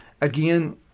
again